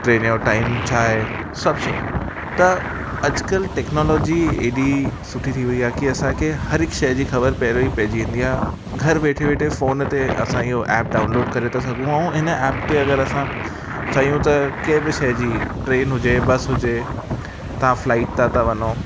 train जो time छा आहे सभु शयूं त अॼुकल्ह टैक्नोलॉजी अहिड़ी सुठी थी वई आहे कि असांखे हर हिक शइ जी ख़बर पहिरों ई पइजी वेंदी आहे घर वेठे वेठे फ़ोन ते असां इहो ऐप डाउनलोड करे था सघूं ऐं हिन ऐप ते अगरि असां चयूं त के बि शइ जी ट्रेन हुजे बस हुजे तव्हां फ्लाइट तां था वञो